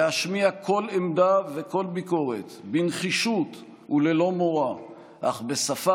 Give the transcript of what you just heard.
להשמיע כל עמדה וכל ביקורת בנחישות וללא מורא אך בשפה